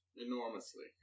enormously